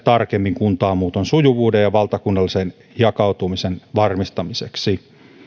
tarkemmin kuntaan muuton sujuvuuden ja valtakunnallisen jakautumisen varmistamiseksi